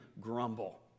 grumble